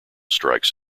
strikes